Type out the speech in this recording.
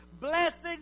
Blessings